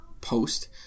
post